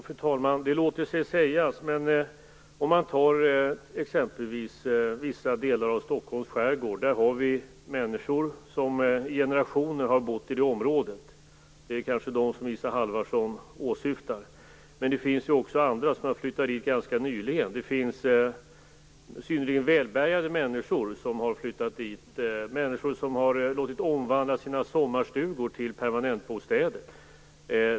Fru talman! Det låter sig sägas. Men ta exempelvis vissa delar av Stockholms skärgård. Det finns människor som i generationer har bott i det området. Det är kanske dem Isa Halvarsson åsyftar. Men det finns ju också andra som har flyttat dit ganska nyligen. Det finns synnerligen välbärgade människor som har flyttat dit, människor som har låtit omvandla sina sommarstugor till permanentbostäder.